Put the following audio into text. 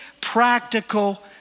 practical